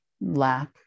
lack